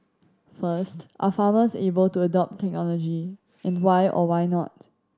first are farmers able to adopt technology and why or why not